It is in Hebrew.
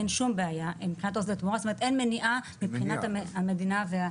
אין מניעה מבחינת המדינה.